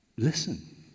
Listen